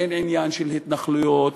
אין עניין של התנחלויות,